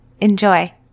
Enjoy